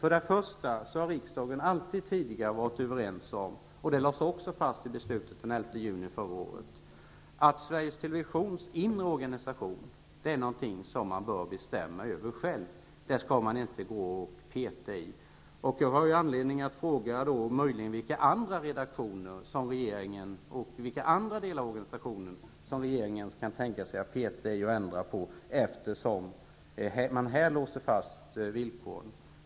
Riksdagen har tidigare alltid varit överens om -- det lades också fast i beslutet den 11 juni förra året -- att Sveriges Television själv skall bestämma över sin egen inre organisation. Det skall man inte gå och peta i. Det finns då anledning att fråga vilka andra delar av organisationen som regeringen kan tänka sig att ändra i eftersom man här låser fast villkoren.